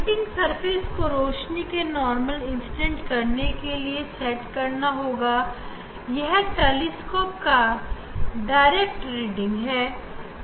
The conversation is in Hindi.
ग्रेटिंग सरफेस को रोशनी के नॉर्मल इंस्टेंस के लिए सेट करना होगा और ग्रेटिंग के बिना टेलीस्कोप का डायरेक्ट ट्रेडिंग भी लेंगे है